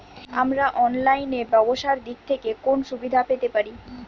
আমরা অনলাইনে ব্যবসার দিক থেকে কোন সুবিধা পেতে পারি?